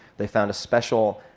they found a special,